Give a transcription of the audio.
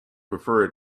prefer